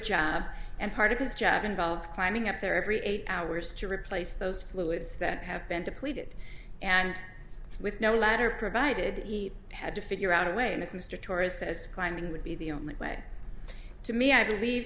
job and part of his job involves climbing up there every eight hours to replace those fluids that have been depleted and with no ladder provided he had to figure out a way as mr tourist says climbing would be the only way to me i believe